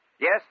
Yes